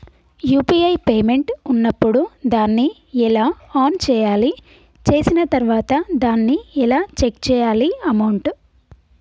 UPI payment ఉన్నప్పుడు దాన్ని ఎలా ఆన్ చేయాలి? చేసిన తర్వాత దాన్ని ఎలా చెక్ చేయాలి అమౌంట్?